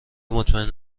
مطمئن